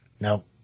Nope